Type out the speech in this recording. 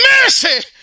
mercy